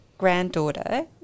granddaughter